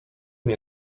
nie